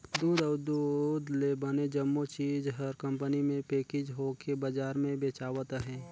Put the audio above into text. दूद अउ दूद ले बने जम्मो चीज हर कंपनी मे पेकिग होवके बजार मे बेचावत अहे